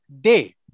day